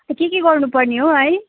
के के गर्नुपर्ने हो है